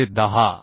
म्हणजे 10